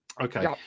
Okay